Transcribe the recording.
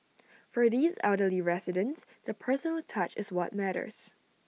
for these elderly residents the personal touch is what matters